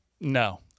no